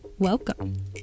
Welcome